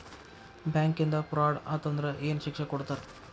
ಬ್ಯಾಂಕಿಂದಾ ಫ್ರಾಡ್ ಅತಂದ್ರ ಏನ್ ಶಿಕ್ಷೆ ಕೊಡ್ತಾರ್?